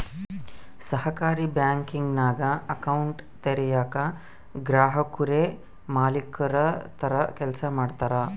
ಸಹಕಾರಿ ಬ್ಯಾಂಕಿಂಗ್ನಾಗ ಅಕೌಂಟ್ ತೆರಯೇಕ ಗ್ರಾಹಕುರೇ ಮಾಲೀಕುರ ತರ ಕೆಲ್ಸ ಮಾಡ್ತಾರ